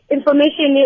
Information